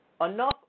enough